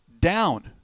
down